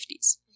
1950s